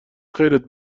خیرت